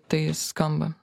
tai skamba